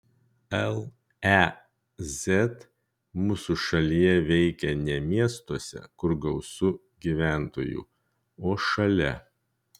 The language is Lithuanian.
lez mūsų šalyje veikia ne miestuose kur gausu gyventojų o šalia